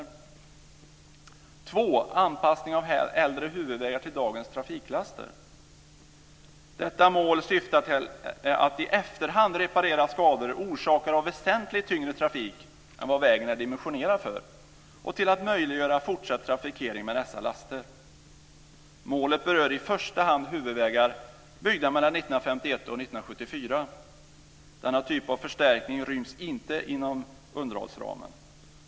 För det andra anpassning av äldre huvudvägar till dagens trafiklaster. Detta mål syftar till att i efterhand reparera skador orsakade av väsentligt tyngre trafik än vad vägen är dimensionerad för och till att möjliggöra fortsatt trafikering med dessa laster. Målet berör i första hand huvudvägar byggda mellan 1951 och 1974. Denna typ av förstärkning ryms inte inom underhållsramen.